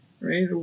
right